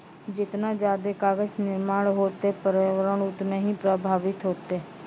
जतना जादे कागज निर्माण होतै प्रर्यावरण उतना ही प्रभाबित होतै